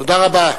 תודה רבה.